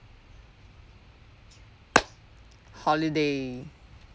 holiday